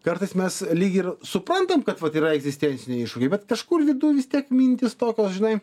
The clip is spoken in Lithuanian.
kartais mes lyg ir suprantam kad vat yra egzistenciniai iššūkiai bet kažkur viduj vis tiek mintys tokios žinai